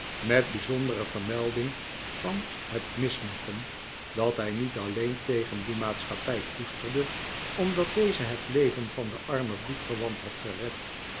met bijzondere vermelding van het misnoegen dat hij niet alleen tegen die maatschappij koesterde omdat deze het leven van den armen bloedverwant had gered